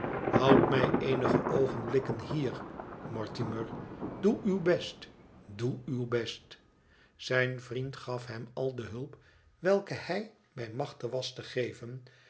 houd mij eenige oogenblikken hier mortimer doe uw best doe uw best zijn vriend gaf hem al de hulp welke hij bij machte was te geven